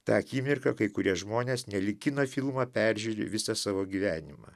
tą akimirką kai kurie žmonės nelyg kino filmą peržiūri visą savo gyvenimą